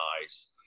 nice